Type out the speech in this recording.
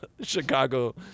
Chicago